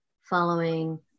following